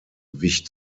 wich